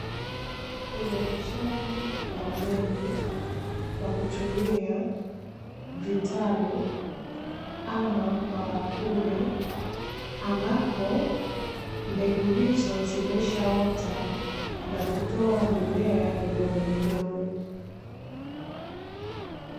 Huoteshaji wa mbegu kwa kutimia vitalu au mabakuli, ambapo mbegu hizo zimeshaota na kutoa mimea midogo midogo.